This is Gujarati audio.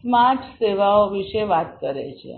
સ્માર્ટ સેવાઓ વિશે વાત કરે છે